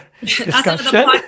discussion